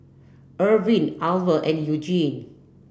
Irvine Alver and Eugene